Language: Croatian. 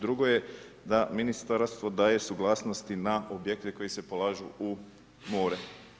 Drugo je da ministarstvo daje suglasnosti na objekte koji se polažu u more.